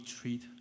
treat